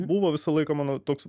buvo visą laiką mano toks